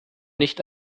nicht